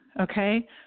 okay